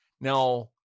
Now